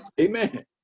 Amen